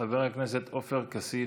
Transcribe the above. חבר הכנסת עופר כסיף,